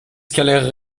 scalaire